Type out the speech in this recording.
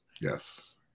yes